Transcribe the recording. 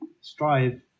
strive